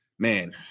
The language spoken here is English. Man